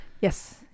yes